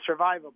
survivable